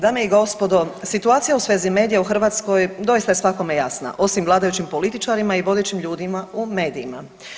Dame i gospodo, situacija u svezi medija u Hrvatskoj doista je svakome jasna osim vladajućim političarima i vodećim ljudima u medijima.